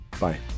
Bye